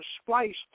spliced